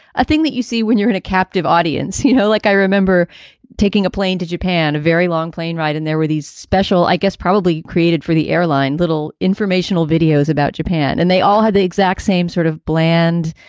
ah think that you see when you're in a captive audience, you know, like i remember taking a plane to japan a very long plane ride. and there were these special, i guess probably created for the airline, little informational videos about japan. and they all had the exact same sort of bland,